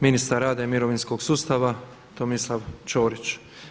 Ministar rada i mirovinskog sustava Tomislav Ćorić.